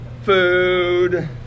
food